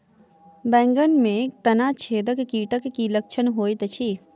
बैंगन मे तना छेदक कीटक की लक्षण होइत अछि?